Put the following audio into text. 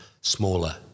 smaller